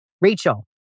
Rachel